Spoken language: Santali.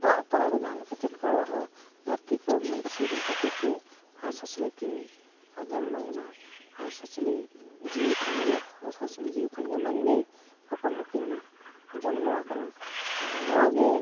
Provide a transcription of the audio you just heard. ᱫᱟᱜ ᱛᱟᱞᱟ ᱨᱮ ᱥᱮ ᱪᱮᱫ ᱠᱚ ᱟᱨ ᱦᱚᱸ ᱫᱷᱟᱹᱨᱛᱤ ᱠᱚ ᱚᱢᱚᱱ ᱠᱚ ᱥᱤᱨᱡᱟᱹᱜ ᱠᱷᱟᱹᱛᱤᱨᱛᱮ ᱦᱟᱸᱥ ᱦᱟᱺᱥᱞᱤ ᱠᱤᱱ ᱡᱚᱱᱚᱢᱚᱭᱱᱟ ᱦᱟᱸᱥ ᱦᱟᱺᱥᱞᱤ ᱡᱤᱣᱤ ᱠᱷᱚᱱ ᱜᱮ ᱦᱟᱸᱥ ᱦᱟᱺᱥᱞᱤ ᱡᱤᱣᱤ ᱠᱷᱚᱱ ᱜᱮ ᱢᱟᱹᱱᱤ ᱦᱚᱯᱚᱱ ᱦᱚᱸ ᱠᱤᱱ ᱡᱚᱱᱢᱚ ᱟᱠᱟᱱᱟ ᱟᱨ ᱱᱚᱣᱟ ᱜᱮ